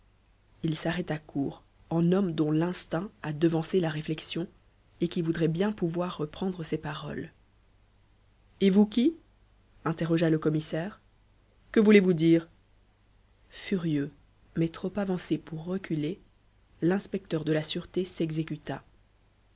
il s'arrêta court en homme dont l'instinct a devancé la réflexion et qui voudrait bien pouvoir reprendre ses paroles et vous qui interrogea le commissaire que voulez-vous dire furieux mais trop avancé pour reculer l'inspecteur de la sûreté s'exécuta